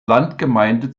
landgemeinde